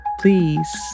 please